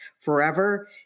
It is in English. forever